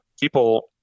people